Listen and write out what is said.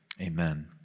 Amen